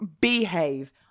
behave